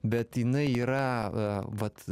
bet jinai yra vat